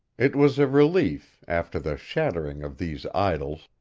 it was a relief, after the shattering of these idols,